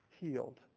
healed